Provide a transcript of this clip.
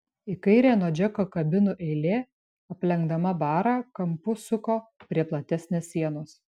į kairę nuo džeko kabinų eilė aplenkdama barą kampu suko prie platesnės sienos